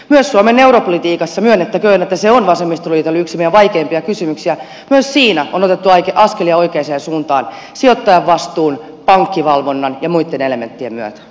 myös suomen europolitiikassa myönnettäköön että se on vasemmistoliitolle yksi vaikeimpia kysymyksiä myös siinä on otettu askelia oikeaan suuntaan sijoittajavastuun pankkivalvonnan ja muitten elementtien myötä